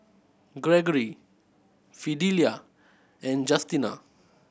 Gregory Fidelia and Justina